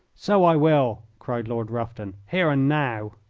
so i will, cried lord rufton. here and now.